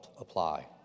apply